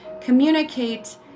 communicate